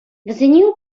вӗсене